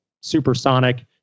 supersonic